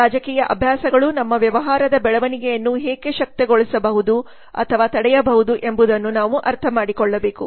ರಾಜಕೀಯ ಅಭ್ಯಾಸಗಳು ನಮ್ಮ ವ್ಯವಹಾರದ ಬೆಳವಣಿಗೆಯನ್ನು ಹೇಗೆ ಶಕ್ತಗೊಳಿಸಬಹುದು ಅಥವಾ ತಡೆಯಬಹುದು ಎಂಬುದನ್ನು ನಾವು ಅರ್ಥಮಾಡಿಕೊಳ್ಳಬೇಕು